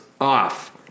off